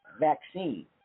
vaccine